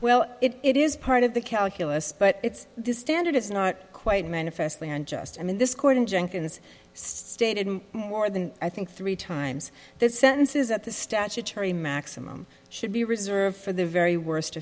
well it is part of the calculus but it's the standard it's not quite manifestly unjust i mean this court in jenkins stated more than i think three times that sentences at the statutory maximum should be reserved for the very worst